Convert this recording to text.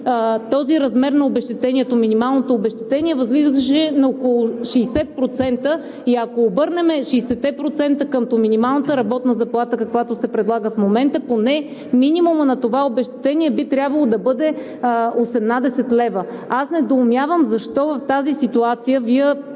този размер на минималното обезщетение възлизаше на около 60%. Ако обърнем 60-те процента към минималната работна заплата, каквато се предлага в момента, поне минимумът на това обезщетение би трябвало да бъде 18 лв. Аз недоумявам защо в тази ситуация Вие